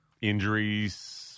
injuries